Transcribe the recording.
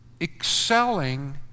excelling